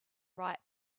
right